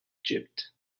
egypt